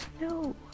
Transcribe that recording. No